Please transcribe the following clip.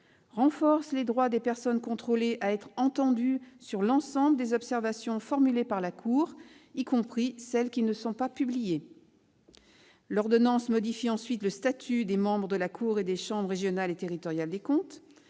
renforce les droits des personnes contrôlées à être entendues sur l'ensemble des observations formulées par la Cour, y compris celles qui ne sont pas publiées. L'ordonnance modifie ensuite le statut des membres de la Cour et des chambres régionales et territoriales des comptes.